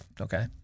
Okay